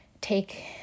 take